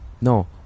no